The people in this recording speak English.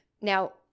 Now